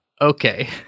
Okay